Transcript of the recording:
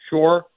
Sure